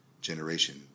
generation